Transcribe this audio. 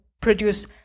produce